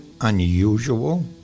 unusual